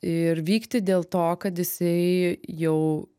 ir vykti dėl to kad jisai jau